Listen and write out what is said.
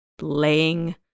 laying